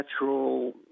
natural